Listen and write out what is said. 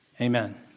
Amen